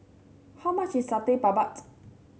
how much is Satay Babat